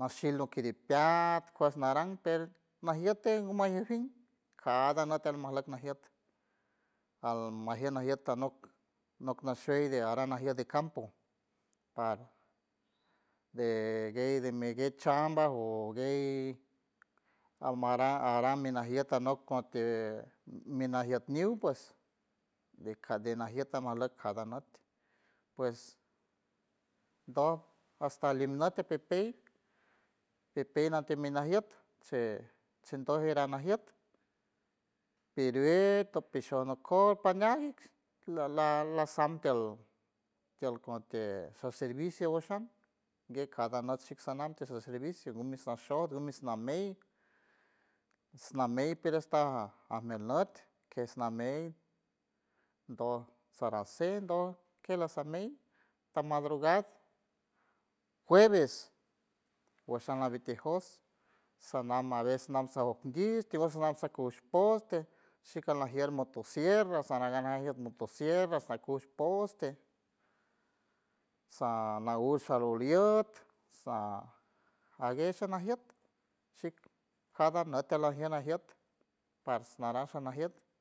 nashiel ukedipeat kuesh naran per majiet guma fin cada nüt almajleck najiet almajiet najiet anok nok nashuey de aran najiet de campo par de guey de mi gue chamba o guey almaran aran mi najiet nok kuti mi najiet niw pues de caden jiet cada nüt pues doj hasta limnüt a pipey pipey natick minajiet chi- chindoj iran najiet piruet a pishom nok copa miaj ik la- lasam tiel tiel conti sha servicio osham guey cada nüt shik sanam tiel servicio gumi sha shot gumi namey namey per esta mi almejnüt kes namey doj sara sen kej kelasamey ta madrugad jueves, wesh shan labitie jos sanam a ves nam sa ondiuck tios nasakush pots shik alnajier motosierra sarangan najiet motosierra nacush poste sa naush saloliet sa ajguey sanajiet shik cada nüt alajien najiet par narash sanajiet.